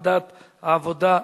לוועדת העבודה,